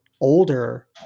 older